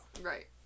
right